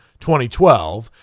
2012